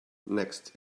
next